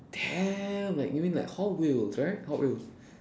damn like you mean like hot wheels right hot wheels